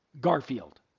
Garfield